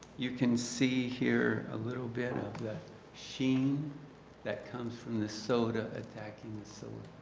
you can see here a little bit of that sheen that comes from the soda attacking so it.